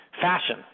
fashion